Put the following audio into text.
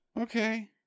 Okay